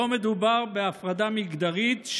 לא מדובר בהפרדה מגדרית,